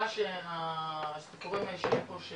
מה שסיפרו זה